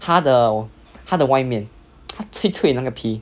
他的他的外面他脆脆的那个皮